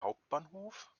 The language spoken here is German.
hauptbahnhof